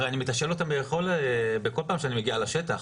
הרי אני מתשאל אותם בכל פעם שאני מגיע לשטח,